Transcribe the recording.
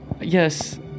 yes